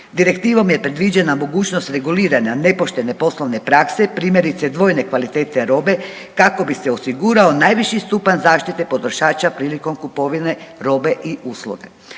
Direktivom je predviđena mogućnost reguliranja nepoštene poslovne prakse, primjerice dvojne kvalitete robe kako bi se osigurao najviši stupanj zaštite potrošača prilikom kupovine robe i usluga.